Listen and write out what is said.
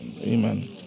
Amen